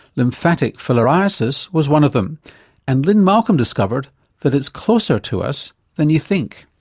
lymphatic filariasis was one of them and lynne malcolm discovered that it's closer to us than you think.